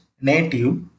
native